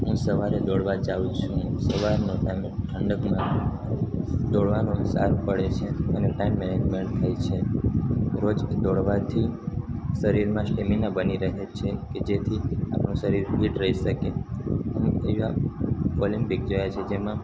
હું સવારે દોડવા જાઉં છું સવારનો ટાઈમે ઠંડક મળે દોડવાનો સારું પડે છે અને ટાઈમ મેનેજમેન્ટ થાય છે રોજ દોડવાથી શરીરમાં સ્ટેમિના બની રહે છે કે જેથી આપણું શરીર ફીટ રહી શકે અમુક એવા ઓલમ્પિક જોયા છે જેમાં